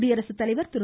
குடியரசுத்தலைவர் திரு